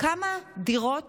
כמה דירות